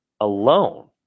alone